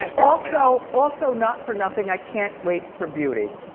also also not for nothing, i can't wait for beauty.